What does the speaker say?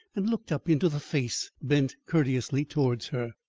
and looked up into the face bent courteously towards her.